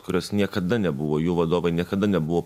kurios niekada nebuvo jų vadovai niekada nebuvo